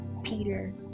Peter